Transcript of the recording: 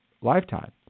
lifetime